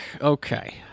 Okay